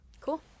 Cool